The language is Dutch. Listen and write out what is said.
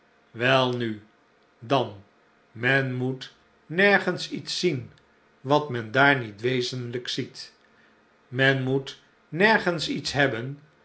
welnu dan men moet nergens iets zien wat men daar niet wezenlijk ziet men moet nergens iets hebben